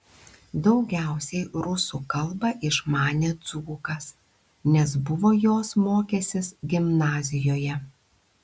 daugiausiai rusų kalbą išmanė dzūkas nes buvo jos mokęsis gimnazijoje